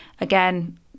again